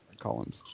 columns